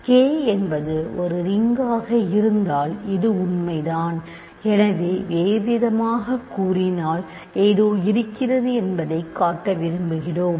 K என்பது ஒரு ring ஆக இருந்தால் இது உண்மைதான் எனவே வேறுவிதமாகக் கூறினால் ஏதோ இருக்கிறது என்பதைக் காட்ட விரும்புகிறோம்